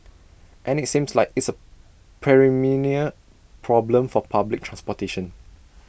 and IT seems like it's A problem for public transportation